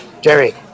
Jerry